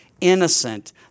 innocent